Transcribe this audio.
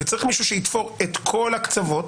וצריך מישהו שיתפור את כל הקצוות.